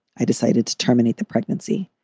i decided to terminate the pregnancy.